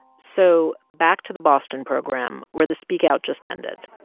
so back to the boston program, where the speak out just ended